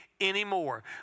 anymore